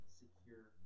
secure